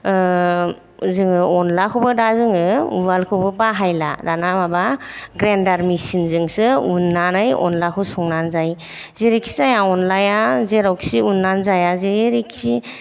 जोङो अनलाखौबो दा जोङो उवालखौबो बाहायला दाना माबा ग्रेन्डार मिसिन जोंसो उन्नानै अनलाखौ संनानै जायो जेरैखि जाया अनलाया जेरावखि उन्नानै जाया जेरैखि